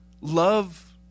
Love